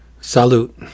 Salute